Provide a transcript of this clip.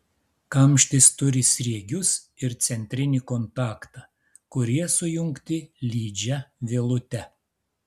kamštis turi sriegius ir centrinį kontaktą kurie sujungti lydžia vielute